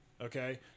Okay